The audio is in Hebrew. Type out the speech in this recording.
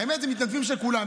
האמת הם מתנדבים של כולם,